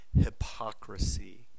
hypocrisy